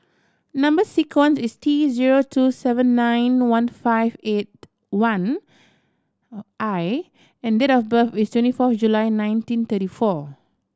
number sequence is T zero two seven nine one five eight one I and date of birth is twenty four July nineteen thirty four